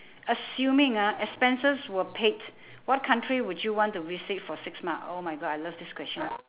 assuming ah expenses were paid what country would you want to visit for six months oh my god I love this questions